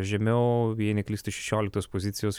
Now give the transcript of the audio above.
žemiau jei neklystu šešioliktos pozicijos